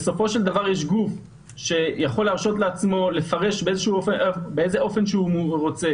בסופו של דבר יש גוף שיכול להרשות לעצמו לפרש באיזה אופן שהוא רוצה